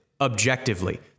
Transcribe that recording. Objectively